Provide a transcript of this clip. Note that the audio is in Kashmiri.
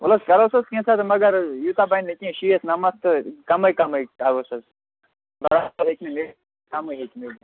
وَلہٕ حظ کَرہوس حظ کیٛنٛژھا مگر یوٗتاہ بنہِ نہٕ کیٚنٛہہ شیٖتھ نَمتھ تہٕ کَمٕے کَمٕے ترٛاوہَس حظ بَرابر ہٮ۪کہِ نہٕ میٖلِتھ کَمٕے ہٮ۪کہِ میٖلِتھ